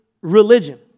religion